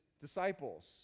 disciples